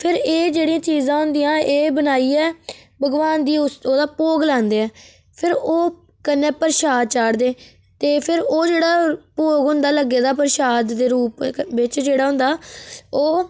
फिर एह् जेह्ड़ी चीजां हुदियां एह् बनाइयै भगवानी गी उस ओह्दा भोग लांदे ऐ फिर ओह् कन्नै प्रसाद चाढ़दे फिर ओह् जेह्ड़ा भोग हुंदा लग्गे दा प्रसाद दे रूप बिच जेह्ड़ा हुंदा ओह्